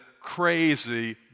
crazy